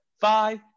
five